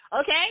okay